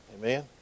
Amen